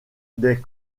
des